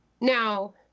Now